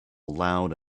loud